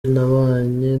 nabanye